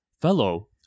fellow